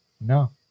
no